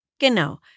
Genau